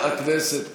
חבר הכנסת קושניר,